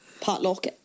Potluck